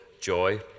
joy